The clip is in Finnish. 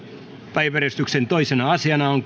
päiväjärjestyksen toisena asiana on